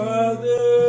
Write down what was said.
Father